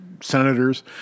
senators